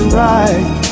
right